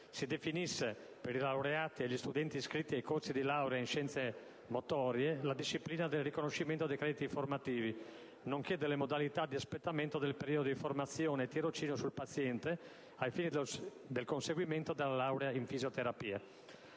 si definisse per i laureati e gli studenti iscritti ai corsi di laurea in scienze motorie la disciplina del riconoscimento dei crediti formativi, nonché delle modalità di espletamento del periodo di formazione e tirocinio sul paziente, ai fini del conseguimento della laurea in fisioterapia.